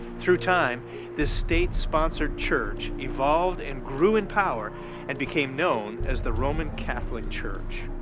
through time this state-sponsored church evolved and grew in power and became known as the roman catholic church.